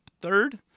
Third